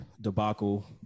debacle